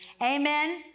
Amen